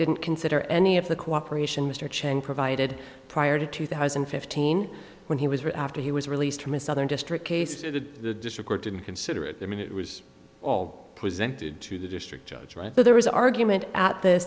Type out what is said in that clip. didn't consider any of the cooperation mr chen provided prior to two thousand and fifteen when he was right after he was released from a southern district casted the district or didn't consider it i mean it was all presented to the district judge right there was argument at the